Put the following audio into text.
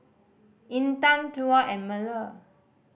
Intan Tuah and Melur